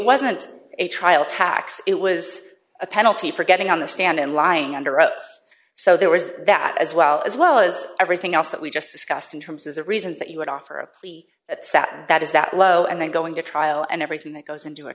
wasn't a trial tax it was a penalty for getting on the stand and lying under oath so there was that as well as well as everything else that we just discussed in terms of the reasons that you would offer a plea that satin that is that low and then going to trial and everything that goes into a